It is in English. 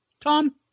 Tom